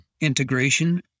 integration